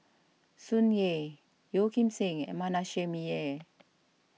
Tsung Yeh Yeo Kim Seng and Manasseh Meyer